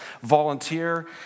volunteer